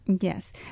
Yes